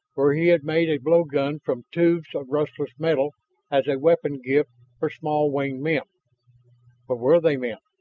where he had made a blowgun from tubes of rustless metal as a weapon gift for small winged men but were they men?